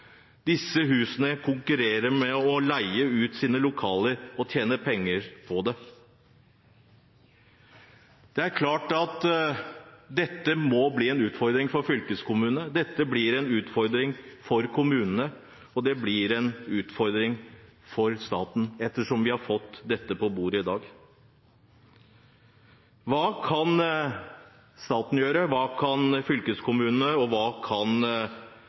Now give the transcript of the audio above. Disse husene konkurrerer om å leie ut sine lokaler og tjene penger på det. Det er klart at dette må bli en utfordring for fylkeskommunene. Dette blir en utfordring for kommunene, og det blir en utfordring for staten, ettersom vi har fått dette på bordet i dag. Hva kan staten gjøre, hva kan fylkeskommunene gjøre, og hva kan kommunene gjøre for å bedre rammevilkårene? Løsningen kan